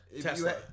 Tesla